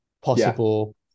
possible